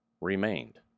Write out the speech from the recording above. remained